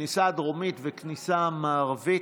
כניסה דרומית וכניסה מערבית,